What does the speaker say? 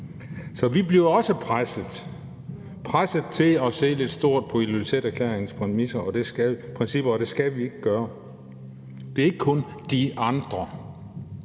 Så vi bliver også presset til at se lidt stort på Ilulissaterklæringens principper, og det skal vi ikke gøre. Det er ikke kun de andre.